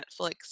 Netflix